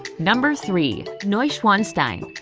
number three. neuschwanstein.